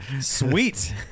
sweet